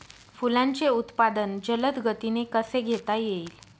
फुलांचे उत्पादन जलद गतीने कसे घेता येईल?